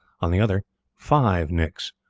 on the others five nicks.